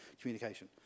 communication